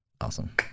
Awesome